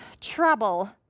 trouble